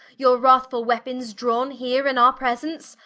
your wrathfull weapons drawne, here in our presence?